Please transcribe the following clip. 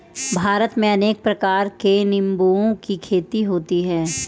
भारत में अनेक प्रकार के निंबुओं की खेती होती है